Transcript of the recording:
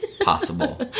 possible